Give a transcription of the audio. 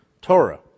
Torah